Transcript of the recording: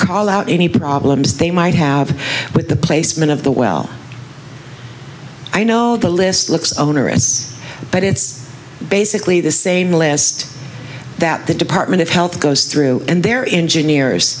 call out any problems they might have but the placement of the well i know the list looks onerous but it's basically the same list that the department of health goes through and their engine ears